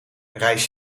reis